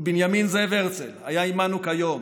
לו בנימין זאב הרצל היה עימנו כיום,